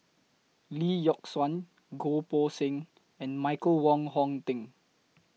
Lee Yock Suan Goh Poh Seng and Michael Wong Hong Teng